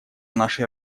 нашей